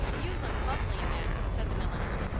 you look lovely in that, said the milliner.